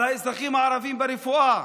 על האזרחים הערבים ברפואה.